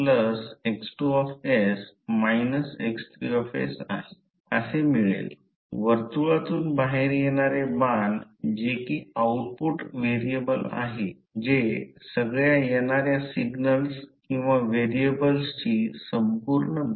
आणि हा कॉन्स्टंट 0 म्हणून परिभाषित केला आहे म्हणून परमियाबिलिटी ऑफ फ्री स्पेस किंवा मॅग्नेटिक स्पेस कॉन्स्टंट त्याला परमियाबिलिटी ऑफ फ्री स्पेस किंवा मॅग्नेटिक स्पेस कॉन्स्टंट म्हणतात